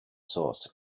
source